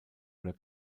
oder